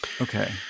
Okay